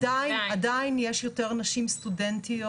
עדיין יש יותר נשים סטודנטיות